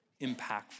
impactful